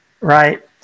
right